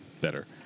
better